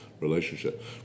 relationship